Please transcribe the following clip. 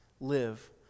live